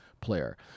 player